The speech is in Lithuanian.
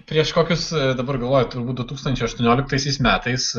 prieš kokius dabar galvoju turbūt du tūkstančiai aštuonioliktaisiais metais